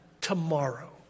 tomorrow